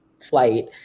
flight